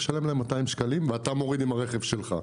לשלם להם 200 שקלים ואתה מוריד עם הרכב שלך.